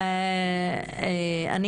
בסדר.